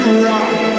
rock